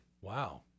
Wow